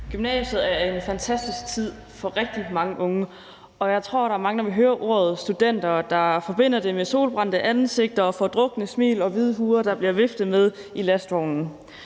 Gymnasiet er en fantastisk tid for rigtig mange unge, og jeg tror, der er mange, der, når de hører ordet studenter, forbinder det med solbrændte ansigter og fordrukne smil og hvide huer, der bliver viftet med i lastvognen.